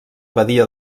badia